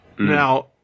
Now